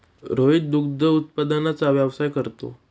रोहित दुग्ध उत्पादनाचा व्यवसाय करतो